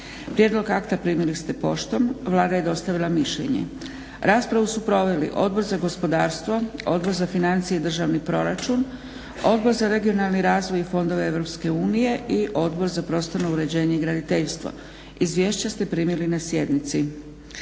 Prijedlog akta primili ste poštom. Vlada je dostavila mišljenje. Raspravu su proveli Odbor za gospodarstvo, Odbor za financije i državni proračun, Odbor za regionalni razvoj i fondove EU i Odbor za prostorno uređenje i graditeljstvo. Izvješća ste primili na sjednici.